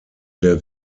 der